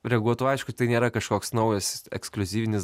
reaguotų aišku tai nėra kažkoks naujas ekskliuzyvinis